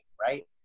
right